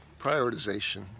Prioritization